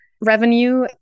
revenue